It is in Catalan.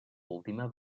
última